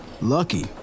lucky